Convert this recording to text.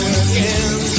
again